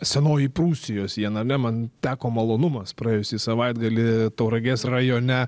senoji prūsijos viename man teko malonumas praėjusį savaitgalį tauragės rajone